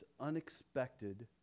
unexpected